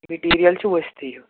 material چھُ ؤستٕھے ہیوٗ